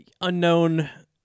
unknown